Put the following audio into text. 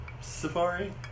Safari